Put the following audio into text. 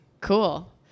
Cool